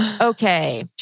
Okay